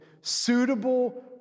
Suitable